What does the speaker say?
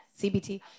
CBT